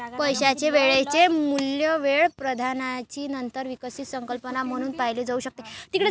पैशाचे वेळेचे मूल्य वेळ प्राधान्याची नंतर विकसित संकल्पना म्हणून पाहिले जाऊ शकते